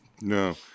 No